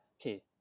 Okay